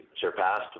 surpassed